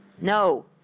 No